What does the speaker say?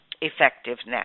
effectiveness